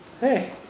Hey